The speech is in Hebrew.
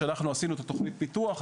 כאשר אנחנו עשינו את התכנית פיתוח,